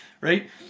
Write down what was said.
right